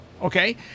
okay